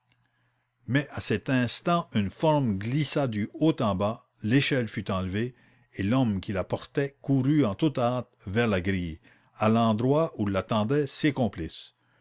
mais à cet instant une forme glissa du haut en bas l'échelle fut enlevée et l'homme qui la portait courut en toute hâte vers la grille à l'endroit où l'attendaient ses complices